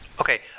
Okay